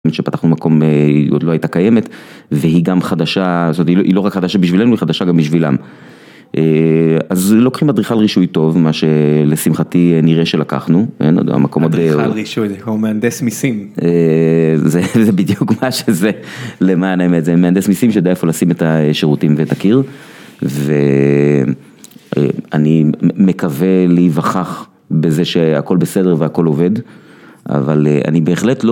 כשפתחנו מקום היא עוד לא הייתה קיימת והיא גם חדשה, זאת אומרת היא לא רק חדשה בשבילנו, היא חדשה גם בשבילם. אז לוקחים אדריכל רישוי טוב, מה שלשמחתי נראה שלקחנו. אדריכל רישוי, זה כמו מהנדס מיסים. זה בדיוק מה שזה, למען האמת, זה מהנדס מיסים שיודע איפה לשים את השירותים ואת הקיר. ואני מקווה להיווכח בזה שהכל בסדר והכל עובד, אבל אני בהחלט לא,